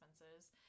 expenses